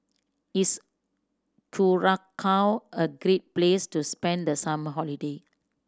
is Curacao a great place to spend the summer holiday